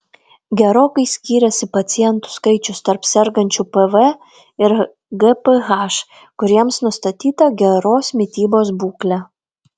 gerokai skyrėsi pacientų skaičius tarp sergančių pv ir gph kuriems nustatyta geros mitybos būklė